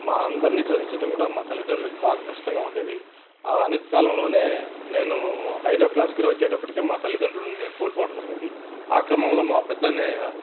మా అందరిని చదివించటం కూడా మా తల్లిదండ్రులకి బాగా కష్టంగా ఉండేది ఆ అమిత కాలంలోనే నేను ఐదో క్లాస్కి వచ్చేటప్పటికి మా తల్లిదండ్రులని నేను కోల్పోవడం జరిగింది ఆ క్రమములో మా పెద్ద అన్నయ్య